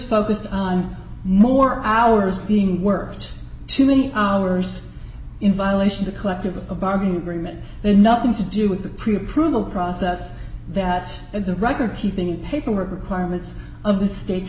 focused on more hours being worked too many hours in violation to collectively bargain agreement and nothing to do with the pre approval process that at the record keeping paperwork requirements of the state